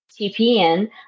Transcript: TPN